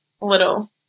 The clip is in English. little